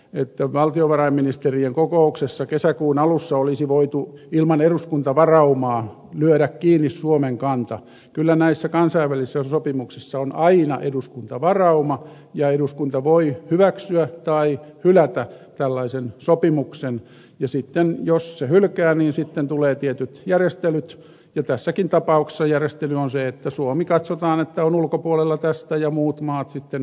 että valtiovarainministerien kokouksessa kesäkuun alussa olisi voitu ilman eduskuntavaraumaa lyödä kiinni suomen kanta kyllä näissä sävelissä sopimuksissa on aina eduskuntavarauma ja eduskunta voi hyväksyä tai hylätä tällaisen sopimuksen ja sitten jos se hylkää niin sitten tulee tietyt järjestelyt jo tässäkin tapauksessa järjestely on se että suomi katsotaan että on ulkopuolella tästä ja muut maat sitten